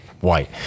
white